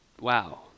wow